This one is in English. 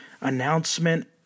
announcement